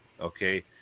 okay